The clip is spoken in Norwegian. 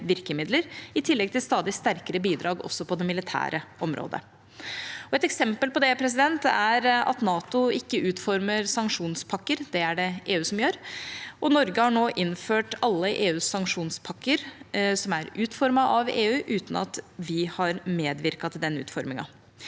i tillegg til stadig sterkere bidrag også på det militære området. Et eksempel på det er at NATO ikke utformer sanksjonspakker. Det er det EU som gjør, og Norge har nå innført alle EUs sanksjonspakker, som er utformet av EU, uten at vi har medvirket til den utformingen.